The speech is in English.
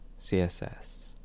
CSS